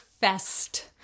fest